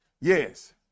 Yes